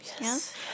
Yes